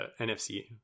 NFC